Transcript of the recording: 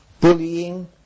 bullying